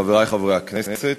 חברי חברי הכנסת,